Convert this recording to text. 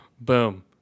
Boom